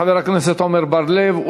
חבר הכנסת עמר בר-לב,